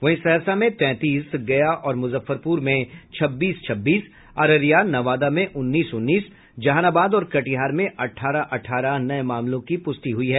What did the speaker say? वहीं सहरसा में तैंतीस गया और मुजफ्फरपुर में छब्बीस छब्बीस अररिया नवादा में उन्नीस उन्नीस जहानाबाद और कटिहार में अठारह अठारह नये मामलों की प्रष्टि हुई है